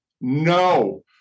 No